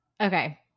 Okay